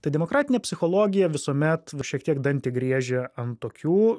tai demokratinė psichologija visuomet šiek tiek dantį griežia ant tokių